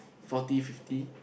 forty fifty